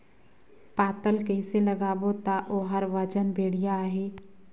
पातल कइसे लगाबो ता ओहार वजन बेडिया आही?